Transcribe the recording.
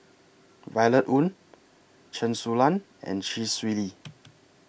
Violet Oon Chen Su Lan and Chee Swee Lee